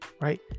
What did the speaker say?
Right